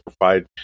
provide